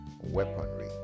Weaponry